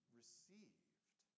received